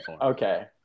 okay